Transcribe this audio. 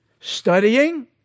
Studying